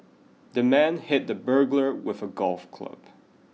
the man hit the burglar with a golf club